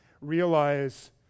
realize